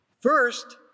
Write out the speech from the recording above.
First